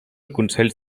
consells